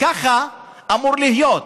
ככה אמור להיות.